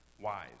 wise